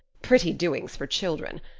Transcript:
pretty doings for children.